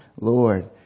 Lord